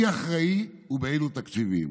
מי אחראי ובאילו תקציבים.